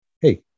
Hey